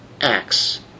acts